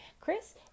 Chris